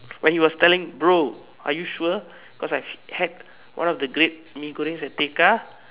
when he was telling bro are you sure because I had one of the great Mee-Goreng at Tekka